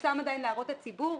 הוא לא פורסם עדיין להערות הציבור.